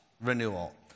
renewal